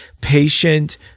patient